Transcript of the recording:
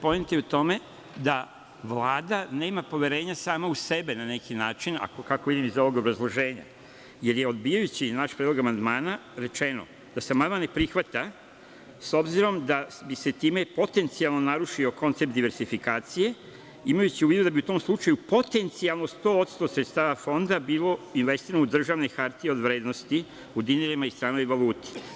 Poenta je u tome da Vlada nema poverenja sama u sebe na neki način, kako je iz ovog obrazloženja jer je odbijajući naš predlog amandmana rečeno da se amandman ne prihvata s obzirom da bi se time potencijalno narušio koncept diversifikacije imajući u vidu da bi u tom slučaju potencijalno 100% sredstava fonda bilo investirano u državne hartije od vrednosti u dinarima i stranoj valuti.